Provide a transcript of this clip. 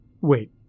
Wait